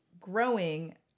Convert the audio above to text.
growing